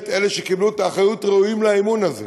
אלה שקיבלו את האחריות ראויים לאמון הזה,